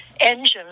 engines